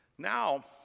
Now